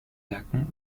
werken